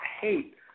hate